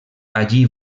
allí